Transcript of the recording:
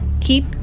keep